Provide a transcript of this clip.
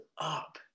up